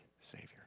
Savior